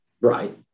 Right